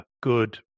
good